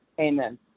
Amen